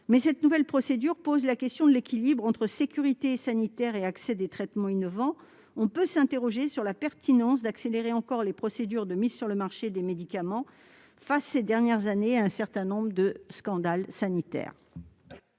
mais cette nouvelle procédure pose la question de l'équilibre entre sécurité sanitaire et accès aux traitements innovants. On peut s'interroger sur la pertinence d'accélérer encore les procédures de mise sur le marché des médicaments au regard des scandales sanitaires